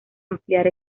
ampliar